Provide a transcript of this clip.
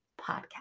podcast